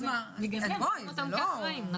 בגלל זה רואים אותם כאחראים.